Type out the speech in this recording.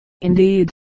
indeed